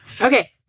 Okay